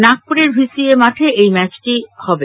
নাগপুরের VCA মাঠে এই ম্যাচটি হবে